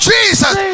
Jesus